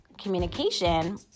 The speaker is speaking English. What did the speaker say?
communication